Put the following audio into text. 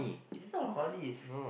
is not horny is